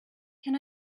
can